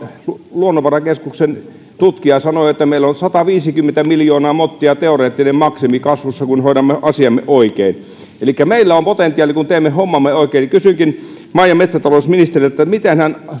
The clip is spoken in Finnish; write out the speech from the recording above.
luonnonvarakeskuksen tutkija sanoi että meillä on sataviisikymmentä miljoonaa mottia teoreettinen maksimi kasvussa kun hoidamme asiamme oikein elikkä meillä on potentiaali kun teemme hommamme oikein kysynkin maa ja metsätalousministeriltä miten hän